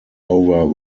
over